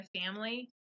family